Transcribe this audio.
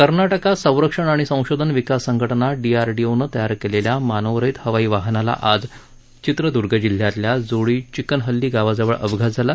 कर्नाटकात संरक्षण आणि संशोधन विकास संघटना डीआरडीओनं तयार केलेल्या मानवरहित हवाई वाहनाला आज चित्रदुर्ग जिल्ह्यातल्या जोडी चिक्कानहल्ली गावाजवळ अपघात झाला